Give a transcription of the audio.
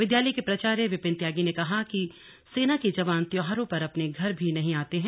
विद्यालय के प्राचार्य विपिन त्यागी ने कहा कि सेना के जवान त्योहारों पर अपने घर भी नहीं आ पाते हैं